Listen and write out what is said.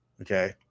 Okay